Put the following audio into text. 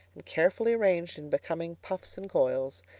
and carefully arranged in becoming puffs and coils.